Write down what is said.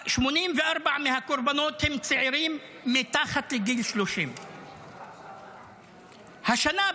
84 מהקורבנות הם צעירים מתחת לגיל 30. השנה,